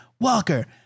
Walker